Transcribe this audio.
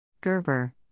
Gerber